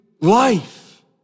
life